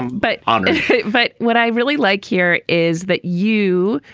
but um but what i really like here is that you.